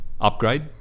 Upgrade